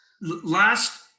Last